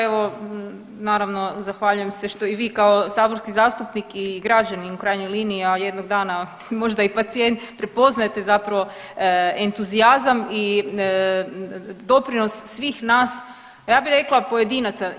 Evo naravno zahvaljujem se što i vi kao saborski zastupnik i građanin u krajnjoj liniji, a jednog dana možda i pacijent prepoznajete zapravo entuzijazam i doprinos svim nas ja bi rekla pojedinaca.